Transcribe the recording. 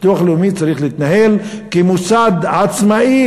הביטוח הלאומי צריך להתנהל כמוסד עצמאי